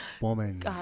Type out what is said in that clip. Woman